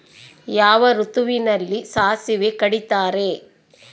ಯಾವ ಋತುವಿನಲ್ಲಿ ಸಾಸಿವೆ ಕಡಿತಾರೆ?